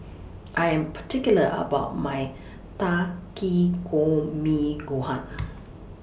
I Am particular about My Takikomi Gohan